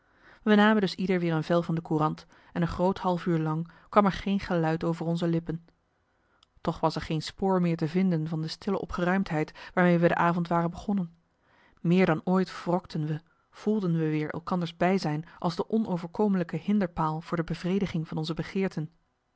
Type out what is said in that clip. we namen dus ieder weer een vel van de courant en een groot half uur lang kwam er geen geluid over onze lippen toch was er geen spoor meer te vinden van de stille opgeruimdheid waarmee we de avond waren begonnen meer dan ooit wrokten we voelden we weer elkanders bijzijn als de onoverkomelijke hinderpaal voor de bevrediging van onze begeerten